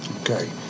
Okay